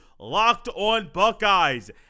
LockedOnBuckeyes